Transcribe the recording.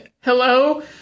hello